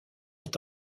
est